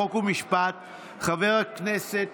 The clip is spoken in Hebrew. חוק ומשפט חבר הכנסת